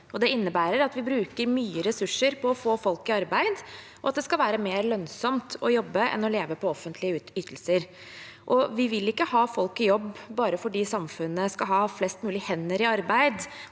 Det innebærer at vi bruker mye ressurser på å få folk i arbeid, og at det skal være mer lønnsomt å jobbe enn å leve på offentlige ytelser. Vi vil ikke ha folk i jobb bare fordi samfunnet skal ha flest mulig hender i arbeid